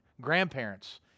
Grandparents